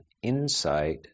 insight